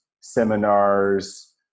seminars